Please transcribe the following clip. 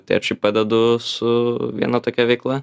tėčiui padedu su viena tokia veikla